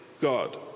God